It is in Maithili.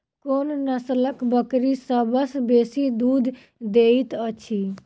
कोन नसलक बकरी सबसँ बेसी दूध देइत अछि?